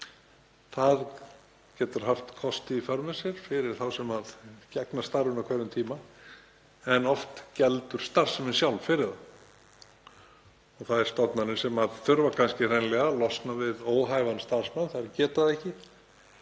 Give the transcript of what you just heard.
Það getur haft kosti í för með sér fyrir þá sem gegna starfinu á hverjum tíma en oft geldur starfsemin sjálf fyrir það og þær stofnanir sem þurfa kannski hreinlega að losna við óhæfan starfsmann geta það ekki.